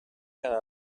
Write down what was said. cada